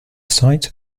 site